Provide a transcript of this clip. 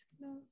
No